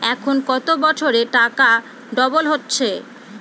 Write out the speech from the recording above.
এখন কত বছরে টাকা ডবল হচ্ছে?